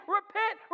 repent